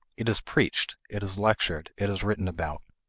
it is preached it is lectured it is written about.